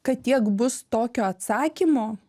kad tiek bus tokio atsakymo